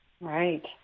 Right